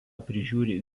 prižiūri